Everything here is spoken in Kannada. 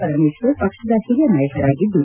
ಪರಮೇಶ್ವರ್ ಪಕ್ಷದ ಹಿರಿಯ ನಾಯಕರಾಗಿದ್ದು